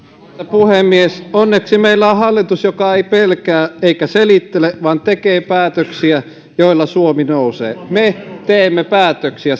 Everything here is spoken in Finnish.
puhemies onneksi meillä on hallitus joka ei pelkää eikä selittele vaan tekee päätöksiä joilla suomi nousee me teemme päätöksiä